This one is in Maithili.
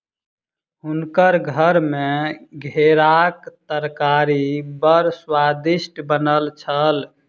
हुनकर घर मे घेराक तरकारी बड़ स्वादिष्ट बनल छल